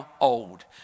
old